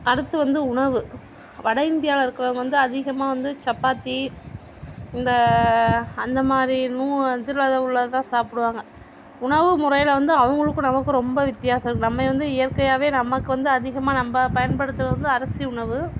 அடுத்து வந்து உணவு வடஇந்தியாவில் இருக்கிறவங்க வந்து அதிகமாக வந்து சப்பாத்தி இந்த அந்தமாதிரி இதில் உள்ளது தான் சாப்பிடுவாங்க உணவு முறையில் வந்து அவங்களுக்கும் நமக்கும் ரொம்ப வித்யாசம் இருக்குது நம்ம வந்து இயற்கையாகவே நமக்கு வந்து அதிகமாக நம்ப பயன்படுத்துவது வந்து அரிசி உணவு